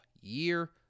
year